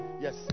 Yes